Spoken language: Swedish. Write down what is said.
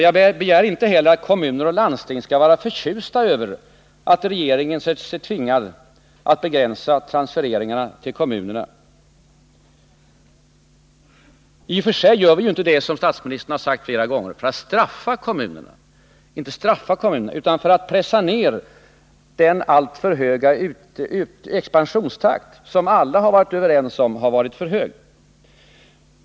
Jag begär inte heller att kommuner och landsting skall vara förtjusta över att regeringen sett sig tvingad att begränsa transfereringarna till kommunerna. I och för sig gör vi ju inte detta, som statsministern sagt flera gånger, för att ”straffa” kommunerna utan för att pressa ned den alltför höga expansionstakten, som alla varit överens om har varit för hög.